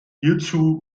hierzu